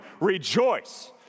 rejoice